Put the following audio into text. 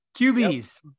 qbs